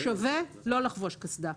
שווה לא לחבוש קסדה.